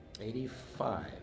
Eighty-five